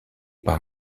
par